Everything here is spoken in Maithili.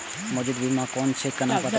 मौजूद बीमा कोन छे केना पता चलते?